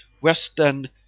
Western